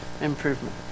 improvement